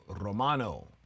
Romano